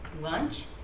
Lunch